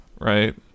right